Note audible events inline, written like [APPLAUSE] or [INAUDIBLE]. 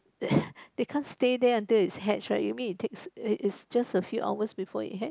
[NOISE] they can't stay there until it hatch right you mean it takes it it is just a few hours before it hatch